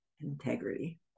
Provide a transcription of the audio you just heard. Integrity